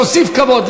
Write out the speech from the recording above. מוסיף כבוד,